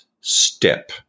step